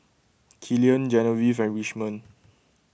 Killian Genevieve and Richmond